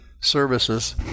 services